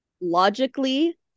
logically